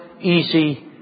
easy